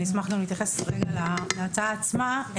אני אשמח להתייחס עכשיו להצעה עצמה.